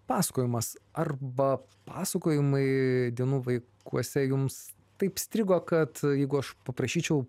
pasakojimas arba pasakojimai dienų vaikuose jums taip strigo kad jeigu aš paprašyčiau